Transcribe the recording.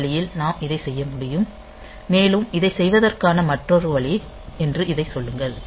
அந்த வழியில் நாம் இதைச் செய்ய முடியும் மேலும் இதைச் செய்வதற்கான மற்றொரு வழி என்று இதைச் சொல்லுங்கள்